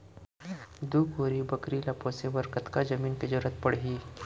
दू कोरी बकरी ला पोसे बर कतका जमीन के जरूरत पढही?